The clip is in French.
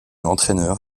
entraîneur